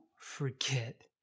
forget